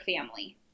family